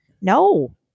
No